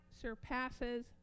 surpasses